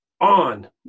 on